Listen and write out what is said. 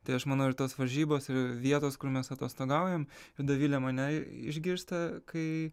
tai aš manau ir tos varžybos ir vietos kur mes atostogaujam ir dovilė mane išgirsta kai